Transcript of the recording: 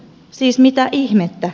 siis mitä ihmettä